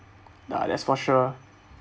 uh that's for sure